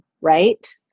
right